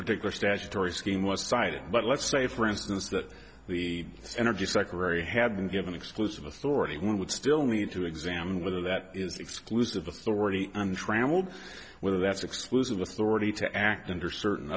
particular statutory scheme was cited but let's say for instance that the energy secretary had been given exclusive authority when would still need to examine whether that is exclusive authority untrammeled whether that's exclusive authority to act under certain